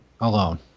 alone